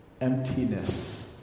emptiness